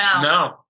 no